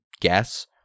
guess